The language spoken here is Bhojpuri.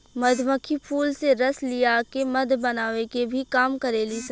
मधुमक्खी फूल से रस लिया के मध बनावे के भी काम करेली सन